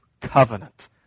covenant